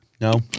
No